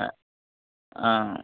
অঁ অঁ